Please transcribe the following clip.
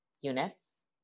units